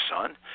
son